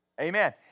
Amen